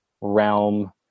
realm